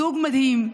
זוג מדהים,